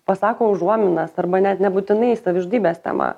pasako užuominas arba net nebūtinai savižudybės tema